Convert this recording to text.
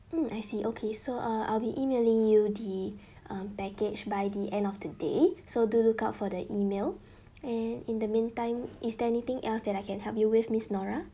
mm I see okay so uh I'll be emailing you the um package by the end of the day so do look out for the email and in the meantime is there anything else that I can help you with miss norah